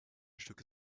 stück